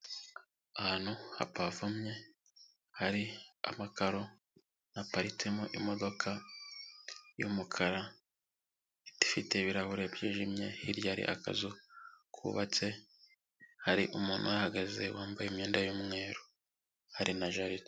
Ahantu hapavomye hari amakaro, haparitsemo imodoka y'umukara ifite ibirahure byijimye, hirya hari akazu kubatse, hari umuntu uhahagaze wambaye imyenda y'umweru, hari na jaride.